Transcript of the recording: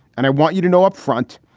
and i want you to know upfront,